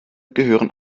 gehören